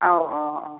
ആ ഓ ഓ